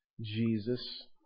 Jesus